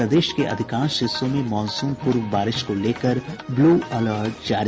प्रदेश के अधिकांश हिस्सों में मॉनसून पूर्व बारिश को लेकर ब्लू अलर्ट जारी